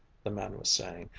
the man was saying.